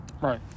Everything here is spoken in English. Right